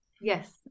Yes